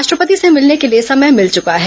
राष्ट्रपति से मिलने के लिए समय भिल चुका है